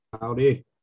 Howdy